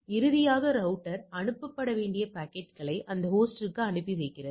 இறுதியாக ரவுட்டர் அனுப்பப்பட வேண்டிய பாக்கெட்டுகளை அந்த ஹோஸ்ட்ற்கு அனுப்பி வைக்கிறது